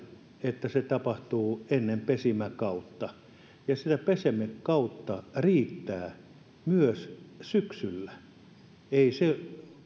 että se tapahtuu ennen pesimäkautta ja sitä pesimäkautta riittää myös syksyllä ei se